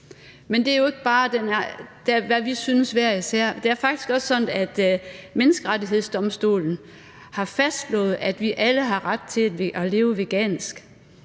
Men det er jo ikke bare, hvad vi synes hver især. Det er faktisk også sådan, at Menneskerettighedsdomstolen har fastslået, at vi alle har ret til at leve vegansk.